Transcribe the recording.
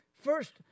First